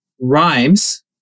Rhymes